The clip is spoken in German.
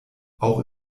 auch